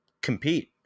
compete